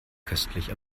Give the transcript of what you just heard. köstlich